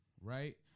right